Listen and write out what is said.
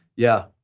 yeah.